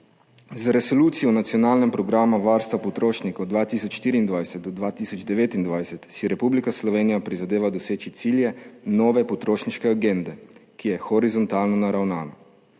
Z Resolucijo o nacionalnem programu varstva potrošnikov 2024–2029 si Republika Slovenija prizadeva doseči cilje nove potrošniške agende, ki je horizontalno naravnana.